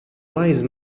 wise